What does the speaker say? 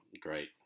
Great